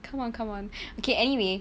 come on come on okay anyway